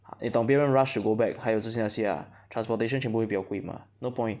ah 你懂别人 rush to go back 还有之前那些 ah transportation 全部会比较贵 mah no point